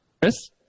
Chris